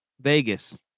vegas